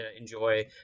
enjoy